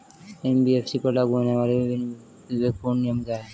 NBFC पर लागू होने वाले विभिन्न विवेकपूर्ण नियम क्या हैं?